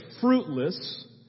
fruitless